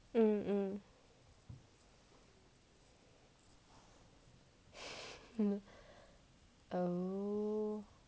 mm mm oh